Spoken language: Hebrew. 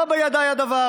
לא בידיי הדבר.